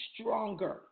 stronger